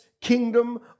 kingdom